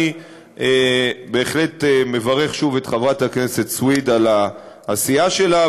אני בהחלט מברך שוב את חברת הכנסת סויד על העשייה שלה,